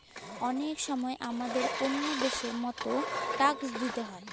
অলেক সময় হামাদের ওল্ল দ্যাশ গুলার মত ট্যাক্স দিতে হ্যয়